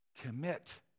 commit